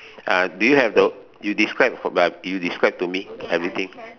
uh do you have the you describe uh you describe to me everything